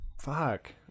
Fuck